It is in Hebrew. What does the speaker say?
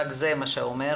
רק זה מה שאומר,